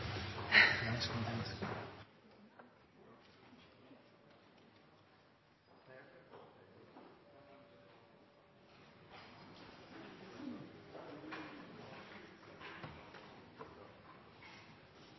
nesten